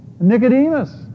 Nicodemus